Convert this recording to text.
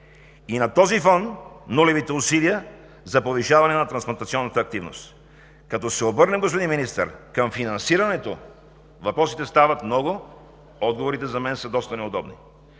и на този фон нулевите усилия за повишаване на трансплантационната активност. Като се обърнем, господин министър, към финансирането, въпросите стават много, а отговорите за мен са доста неудобни.